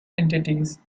entities